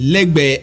Legbe